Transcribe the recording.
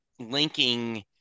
linking